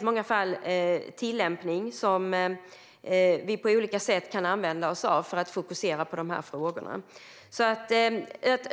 många fall är det tillämpning som vi på olika sätt kan använda oss av för att fokusera på dessa frågor.